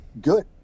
Good